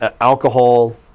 alcohol